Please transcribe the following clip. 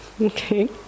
Okay